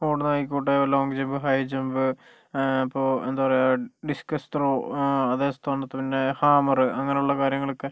ഓടുന്നതായിക്കോട്ടെ long jump high jump ഇപ്പൊൾ എന്താ പറയുക ഡിസ്കസ് ത്രോ അത് പിന്നെ ഹാമറ് അങ്ങനുള്ള കാര്യങ്ങളൊക്കെ